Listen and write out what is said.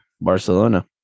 Barcelona